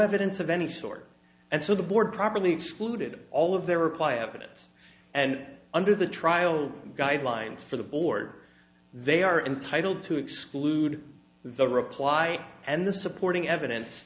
evidence of any sort and so the board properly excluded all of their reply evidence and under the trial guidelines for the board they are entitled to exclude the reply and the supporting evidence